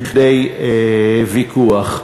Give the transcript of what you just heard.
לוויכוח.